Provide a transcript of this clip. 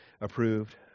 approved